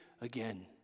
again